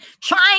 trying